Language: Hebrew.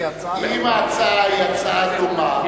אם ההצעה היא הצעה דומה,